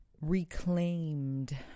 reclaimed